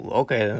okay